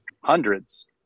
hundreds